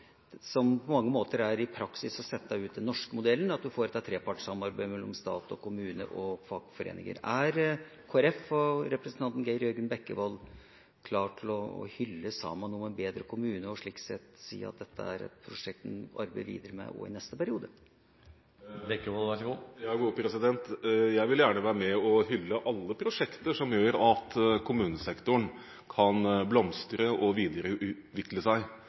som på mange måter er å sette den norske modellen ut i praksis, at en får dette trepartssamarbeidet mellom stat, kommune og fagforeninger. Er Kristelig Folkeparti og representanten Geir Jørgen Bekkevold klar til å hylle Saman om ein betre kommune, og slik sett si at dette er et prosjekt en vil arbeide videre med også i neste periode? Jeg vil gjerne være med og hylle alle prosjekter som gjør at kommunesektoren kan blomstre og videreutvikle seg.